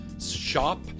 Shop